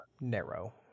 narrow